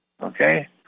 Okay